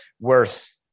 worth